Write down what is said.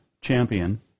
champion